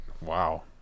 wow